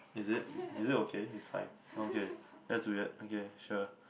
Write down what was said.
is it is it okay it's fine okay that's weird okay sure